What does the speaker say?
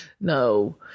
No